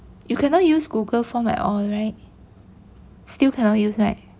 you cannot use google form at all right still cannot use right